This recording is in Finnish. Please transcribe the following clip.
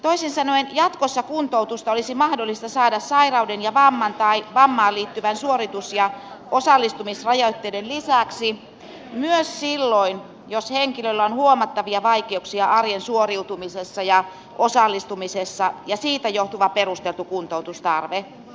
toisin sanoen jatkossa kuntoutusta olisi mahdollista saada sairauden ja vamman tai vammaan liittyvien suoritus ja osallistumisrajoitteiden lisäksi myös silloin jos henkilöllä on huomattavia vaikeuksia arjen suoriutumisessa ja osallistumisessa ja siitä johtuva perusteltu kuntoutustarve